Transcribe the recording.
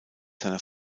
seiner